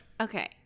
Okay